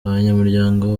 abanyamuryango